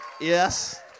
Yes